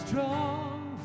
Strong